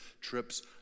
trips